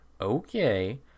Okay